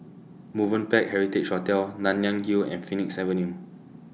Movenpick Heritage Hotel Nanyang Hill and Phoenix Avenue